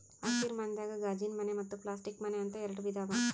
ಹಸಿರ ಮನಿದಾಗ ಗಾಜಿನಮನೆ ಮತ್ತ್ ಪ್ಲಾಸ್ಟಿಕ್ ಮನೆ ಅಂತ್ ಎರಡ ವಿಧಾ ಅವಾ